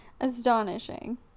astonishing